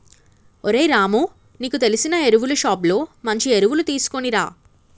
ఓరై రాము నీకు తెలిసిన ఎరువులు షోప్ లో మంచి ఎరువులు తీసుకునిరా